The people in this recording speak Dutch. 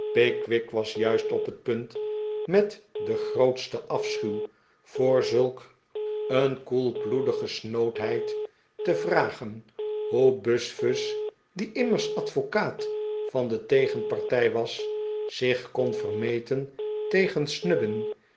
pickwick was juist op het punt met den grootsten afschuw voor zulk een koelbloedige snoodheid te vragen hoe buzfuz die immers advocaat van de tegenpartij was zich kon vermeten tegen